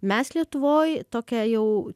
mes lietuvoj tokią jau